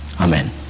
Amen